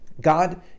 God